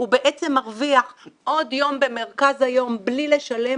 הוא מרוויח עוד יום במרכז היום בלי לשלם,